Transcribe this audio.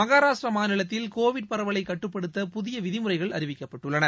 மகாராஷ்ட்ராமாநிலத்தில் covid பரவலைகட்டுப்படுத்த புதியவிதிமுறைகள் அறிவிக்கப்பட்டுள்ளன